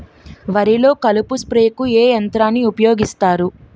వరిలో కలుపు స్ప్రేకు ఏ యంత్రాన్ని ఊపాయోగిస్తారు?